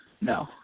No